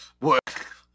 work